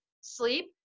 sleep